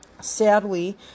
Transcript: Sadly